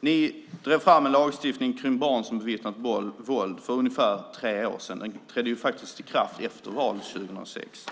Ni drev för ungefär tre år sedan fram en lagstiftning kring barn som har bevittnat våld. Lagen trädde faktiskt i kraft efter valet 2006.